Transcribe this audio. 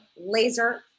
laser